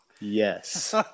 Yes